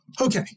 Okay